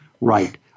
right